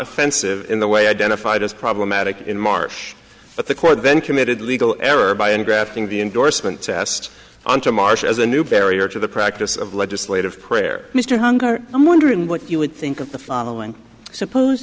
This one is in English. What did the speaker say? offensive in the way identified as problematic in march but the court then committed legal error by in drafting the indorsements asked on to march as a new barrier to the practice of legislative prayer mr hunger i'm wondering what you would think of the following suppose